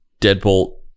deadbolt